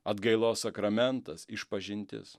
atgailos sakramentas išpažintis